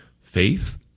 faith